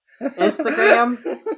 Instagram